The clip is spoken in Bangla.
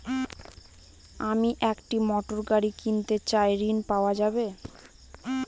আমি একটি মোটরগাড়ি কিনতে চাই ঝণ পাওয়া যাবে?